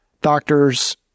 doctor's